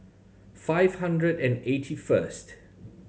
five hundred and eighty first